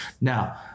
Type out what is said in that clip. Now